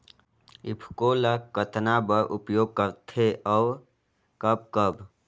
ईफको ल कतना बर उपयोग करथे और कब कब?